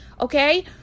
Okay